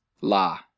La